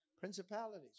Principalities